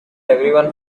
everyone